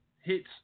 hits